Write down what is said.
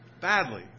badly